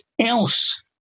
else